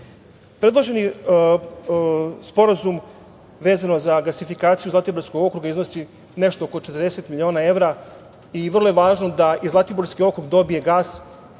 sporazum vezano za gasifikaciju Zlatiborskog okruga iznosi nešto oko 40 miliona evra i vrlo je važno da i Zlatiborski okrug dobije gas,